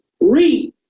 read